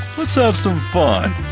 let's have some fun.